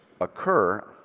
occur